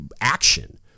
action